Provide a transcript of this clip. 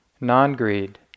non-greed